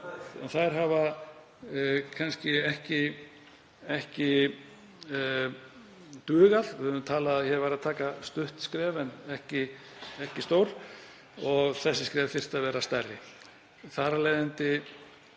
Þær hafa kannski ekki dugað. Við höfum talað um að verið sé að taka stutt skref en ekki stór og þessi skref þyrftu að vera stærri. Þar